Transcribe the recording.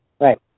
Right